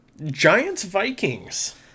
Giants-Vikings